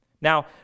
Now